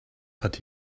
but